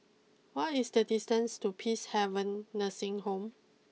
what is the distances to Peacehaven Nursing Home